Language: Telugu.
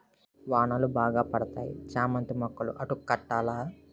వానలు బాగా పడతన్నాయి చామంతి మొక్కలు అంటు కట్టాల